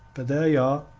but there ye are!